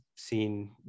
seen